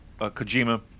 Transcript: Kojima